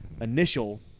initial